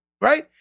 right